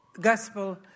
gospel